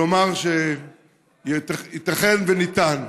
לומר שייתכן שניתן